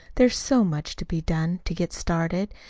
there's so much to be done to get started,